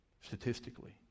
statistically